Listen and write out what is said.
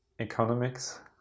economics